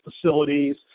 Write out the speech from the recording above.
facilities